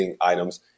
items